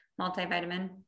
multivitamin